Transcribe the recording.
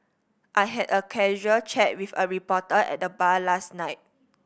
I had a casual chat with a reporter at the bar last night